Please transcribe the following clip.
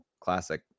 classic